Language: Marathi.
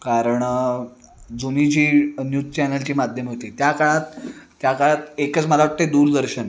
कारण जुनी जी न्यूज चॅनलची माध्यम होती त्या काळात त्या काळात एकच मला वाटते दूरदर्शन